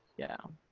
yeah.